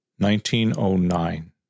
1909